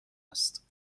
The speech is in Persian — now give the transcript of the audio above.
است